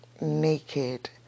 naked